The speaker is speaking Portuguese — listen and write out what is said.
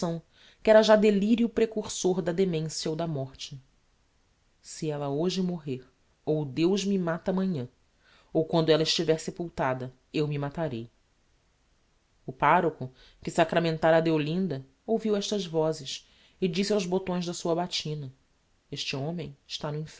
convenção que era já delirio precursor da demencia ou da morte se ella hoje morrer ou deus me mata ámanhã ou quando ella estiver sepultada eu me matarei o parocho que sacramentára deolinda ouviu estas vozes e disse aos botões da sua batina este homem está